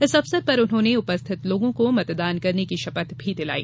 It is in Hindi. इस अवसर पर उन्होंने उपस्थित लोगों को मतदान करने की शपथ भी दिलाई